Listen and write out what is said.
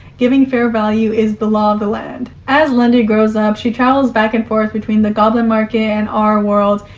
giving fair value is the law of the land. as lundy grows up, she travels back and forth between the goblin market and our world,